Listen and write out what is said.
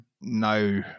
no